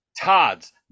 Todd's